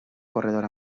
corredor